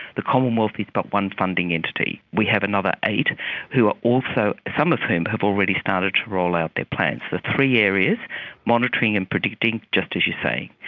the commonwealth is but one funding entity. we have another eight who are also, some of whom have already started to roll out their plans. so, three areas monitoring and predicting, just as you say.